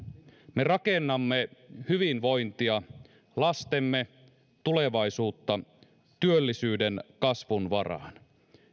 me rakennamme hyvinvointia lastemme tulevaisuutta työllisyyden kasvun varaan